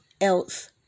else